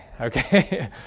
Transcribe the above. Okay